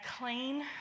clean